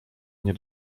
nie